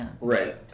Right